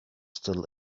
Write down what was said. still